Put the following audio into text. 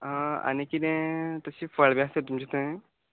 आ आनी कितें तशें फळां बी आसता तुमचे थंय